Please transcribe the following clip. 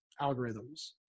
algorithms